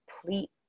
complete